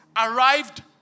arrived